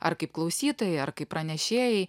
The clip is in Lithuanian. ar kaip klausytojai ar kaip pranešėjai